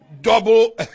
double